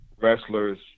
wrestlers